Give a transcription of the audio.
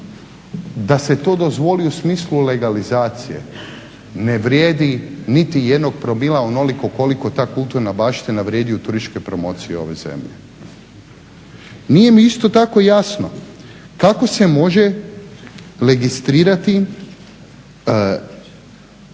da se to dozvoli u smislu legalizacije ne vrijedi niti jednog promila onoliko koliko ta kulturna baština vrijedi u turističkoj promociji ove zemlje. Nije mi isto tako jasno kako se može registrirati